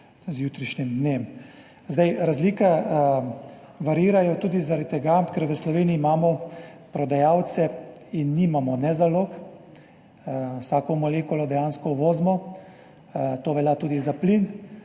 dnem. Razlike variirajo tudi zaradi tega, ker imamo v Sloveniji prodajalce in nimamo zalog, vsako molekulo dejansko uvozimo, to velja tudi za plin,